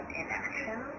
inaction